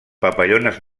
papallones